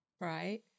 Right